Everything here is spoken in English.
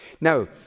Now